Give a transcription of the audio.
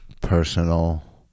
personal